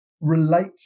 relate